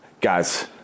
guys